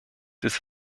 des